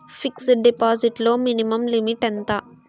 Fixed deposit లో minimum limit ఎంత?